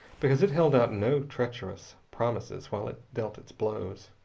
because it held out no treacherous promises while it dealt its blows.